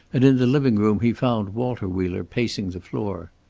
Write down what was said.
and in the living-room he found walter wheeler, pacing the floor.